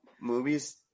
movies